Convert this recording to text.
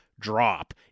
drop